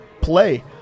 play